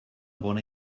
bona